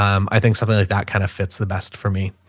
um, i think something like that kind of fits the best for me.